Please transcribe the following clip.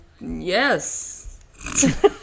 yes